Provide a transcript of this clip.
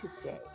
today